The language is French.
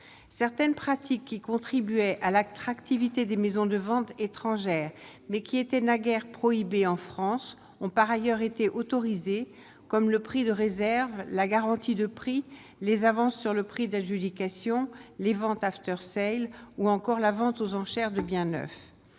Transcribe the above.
certaines pratiques qui contribuaient à l'acte, tracts, éviter des maisons de vente étrangères mais qui était naguère, prohibées en France ont par ailleurs été autorisé, comme le prix de réserve la garantie de prix, les avances sur le prix d'adjudication, les ventes after ou encore la vente aux enchères de biens neufs